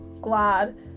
glad